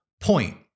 Point